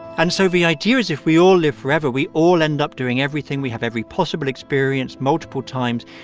and so the idea is if we all live forever, we all end up doing everything. we have every possible experience multiple times.